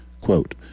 Quote